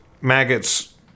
maggots